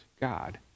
God